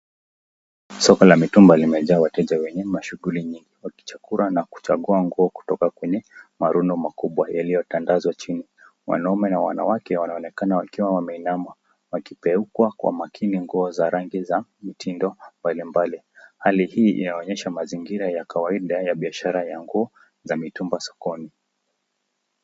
Soko la mitumba limejaa wateja wenye mashughuli nyingi, wakichakura na kuchagua nguo kutoka kwenye marundo makubwa yaliyotandazwa chini. Wanaume na wanawake wanaonekana wakiwa wameinama wakipekua kwa makini nguo za rangi za mtindo mbalimbali, hali hii inaonyesha mazingira ya kawaida ya biashara ya nguo za mitumba sokoni.